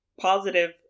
positive